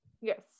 Yes